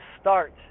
start